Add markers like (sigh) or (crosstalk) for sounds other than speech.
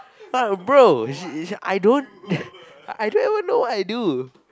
what bro she she I don't (breath) I don't even know what I do